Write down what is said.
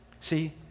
See